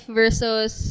versus